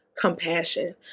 compassion